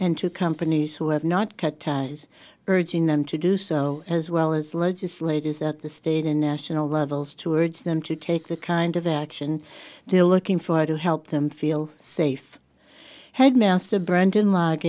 and to companies who have not cut ties urging them to do so as well as legislators at the state and national levels to urge them to take the kind of action they're looking for to help them feel safe headmaster br